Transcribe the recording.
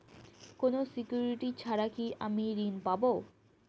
কোনো সিকুরিটি ছাড়া কি আমি ঋণ পাবো?